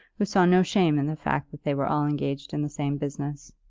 who saw no shame in the fact that they were all engaged in the same business.